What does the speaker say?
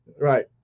Right